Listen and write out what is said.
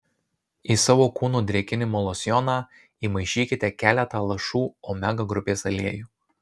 į savo kūno drėkinimo losjoną įmaišykite keletą lašų omega grupės aliejų